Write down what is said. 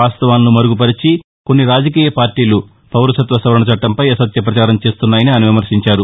వాస్తవాలను మరుగుపరిచి కొన్ని రాజకీయ పార్టీలు పౌరసత్వ సవరణ చట్టంపై అసత్య ప్రచారం చేస్తున్నాయని ఆయన విమర్భించారు